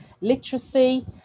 literacy